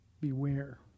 Beware